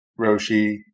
Roshi